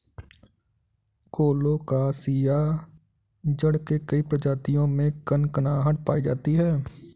colocasia जड़ के कई प्रजातियों में कनकनाहट पायी जाती है